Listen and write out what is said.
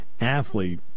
athlete